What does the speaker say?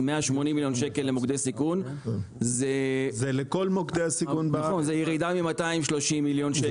180 מיליון ₪ למוקדי סיכון זה ירידה מ-230 מיליון ₪.